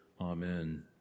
Amen